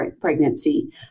pregnancy